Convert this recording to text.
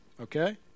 Okay